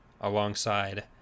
alongside